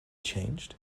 changed